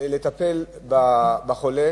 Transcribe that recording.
לטפל בחולה